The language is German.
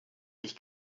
ich